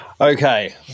Okay